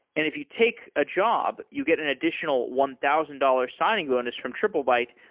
if you take a job, you get an additional one thousand dollars signing bonus from triplebyte,